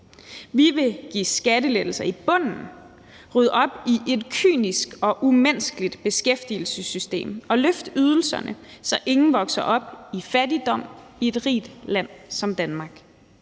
Vi vil give skattelettelser i bunden, rydde op i et kynisk og umenneskeligt beskæftigelsessystem og løfte ydelserne, så ingen vokser op i fattigdom i et rigt land som Danmark.